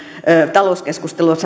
talouskeskustelussa